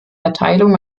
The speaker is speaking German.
erteilung